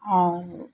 और